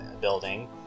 building